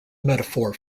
metaphor